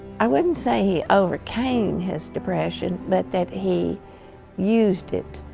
i wouldn't say he overcame his depression but that he used it.